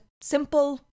simple